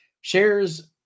shares